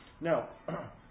Now